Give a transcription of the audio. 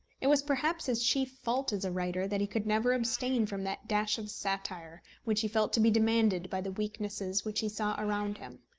it was perhaps his chief fault as a writer that he could never abstain from that dash of satire which he felt to be demanded by the weaknesses which he saw around him.